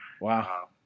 wow